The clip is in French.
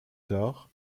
tard